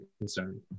concern